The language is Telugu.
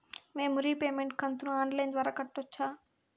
మేము రీపేమెంట్ కంతును ఆన్ లైను ద్వారా కట్టొచ్చా